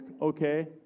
okay